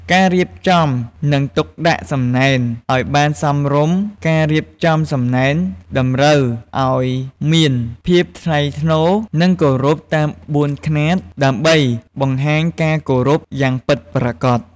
ការរៀបចំ និងទុកដាក់សំណែនឲ្យបានសមរម្យការរៀបចំសំណែនតម្រូវឲ្យមានភាពថ្លៃថ្នូរ និងគោរពតាមក្បួនខ្នាតដើម្បីបង្ហាញការគោរពយ៉ាងពិតប្រាកដ។